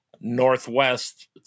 northwest